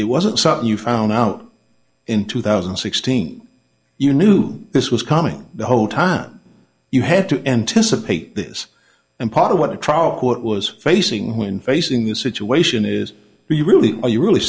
it wasn't something you found out in two thousand and sixteen you knew this was coming the whole time you had to end to support this and part of what a trial court was facing when facing the situation is you really are you really